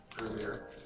earlier